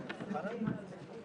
ננעלה בשעה